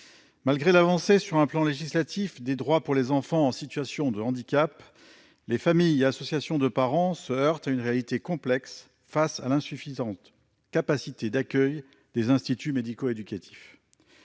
Malgré l'avancée sur un plan législatif des droits pour les enfants en situation de handicap, les familles et associations de parents se heurtent à une réalité complexe, face à l'insuffisante capacité d'accueil des instituts médico-éducatifs